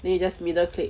then you just middle click